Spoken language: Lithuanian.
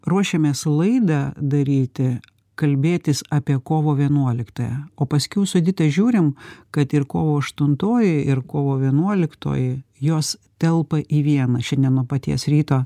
ruošiames laidą daryti kalbėtis apie kovo vienuoliktąją o paskiau su edita žiūrim kad ir kovo aštuntoji ir kovo vienuoliktoji jos telpa į vieną šiandien nuo paties ryto